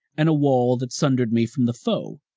and a wall that sundered me from the foe.